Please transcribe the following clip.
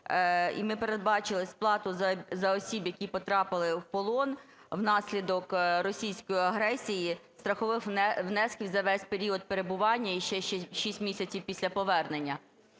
ми передбачити сплату за осіб, які потрапили в полон внаслідок російської агресії, страхових внесків за весь період перебування і ще 6 місяців після повернення.